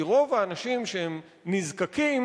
כי רוב האנשים שהם נזקקים,